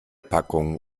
packungen